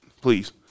please